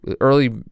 early